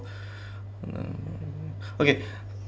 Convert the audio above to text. okay